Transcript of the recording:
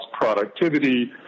productivity